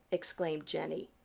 exclaimed jenny.